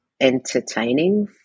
entertaining